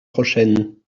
prochaine